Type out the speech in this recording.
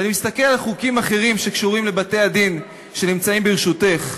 כשאני מסתכל על חוקים אחרים שקשורים לבתי-הדין שנמצאים ברשותך,